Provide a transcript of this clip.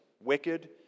Wicked